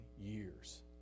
years